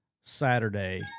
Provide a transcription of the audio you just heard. Saturday